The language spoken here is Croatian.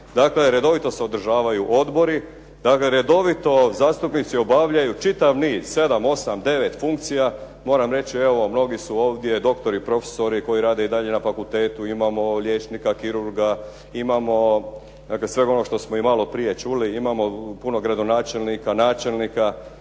Dakle redovito se održavaju odbori, dakle redovito zastupnici obavljaju čitav niz, sedam, osam, devet funkcija. Moram reći evo, mnogi su ovdje doktori, profesori koji rade i dalje na fakultetu. Imamo liječnika, kirurga. Imamo dakle sveg onog što smo i malo prije čuli. Imamo puno gradonačelnika, načelnika.